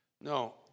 No